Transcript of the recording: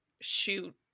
shoot